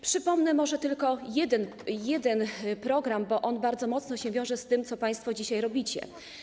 Przypomnę może tylko jeden program, bo on bardzo mocno wiąże się z tym, co państwo dzisiaj robicie.